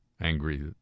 angry